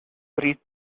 pri